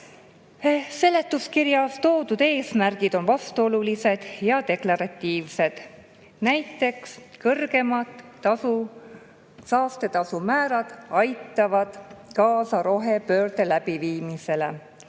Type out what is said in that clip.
Seletuskirjas toodud eesmärgid on vastuolulised ja deklaratiivsed, näiteks et kõrgemad saastetasumäärad aitavad kaasa rohepöörde läbiviimisele.